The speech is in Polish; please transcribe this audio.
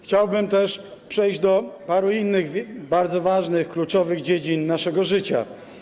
Chciałbym też przejść do paru innych bardzo ważnych, kluczowych dziedzin naszego życia.